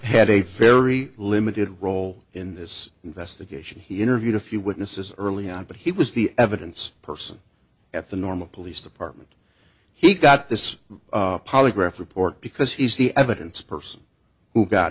had a very limited role in this investigation he interviewed a few witnesses early on but he was the evidence person at the normal police department he got this polygraph report because he's the evidence person who got